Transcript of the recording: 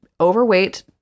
overweight